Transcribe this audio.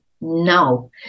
now